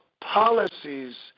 policies